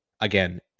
again